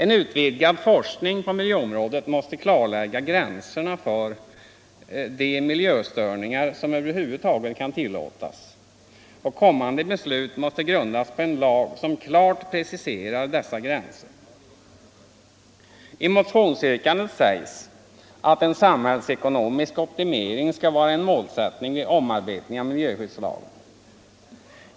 En utvidgad forskning på miljöområdet måste klarlägga gränserna för de miljöstörningar som över huvud taget kan tillåtas, och kommande beslut måste grundas på en lag som klart preciserar dessa gränser. I motionsyrkandet sägs att en samhällsekonomisk optimering skall vara en målsättning vid omarbetningen av miljöskyddslagen.